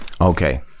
Okay